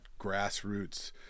grassroots